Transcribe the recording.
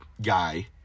guy